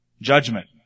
Judgment